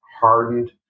hardened